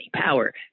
power